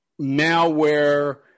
malware